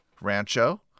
Rancho